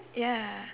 ya